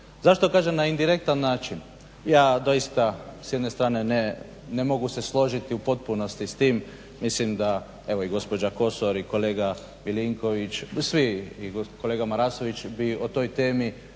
Zašto kažem na indirektan način, ja doista s jedne strane ne mogu se složiti u potpunosti s tim, mislim da evo i gospođa Kosor i kolega Milinković i kolega Marasović bi o toj temi